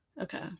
Okay